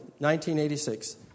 1986